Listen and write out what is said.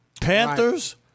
Panthers